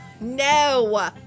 No